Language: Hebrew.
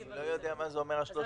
אני לא יודע מה זה אומר ה-3,000.